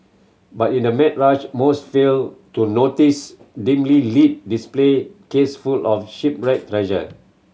but in the mad rush most fail to notice dimly lit display case full of shipwreck treasure